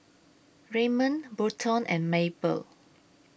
Raymond Burton and Mabel